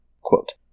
Quote